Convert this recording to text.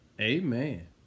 amen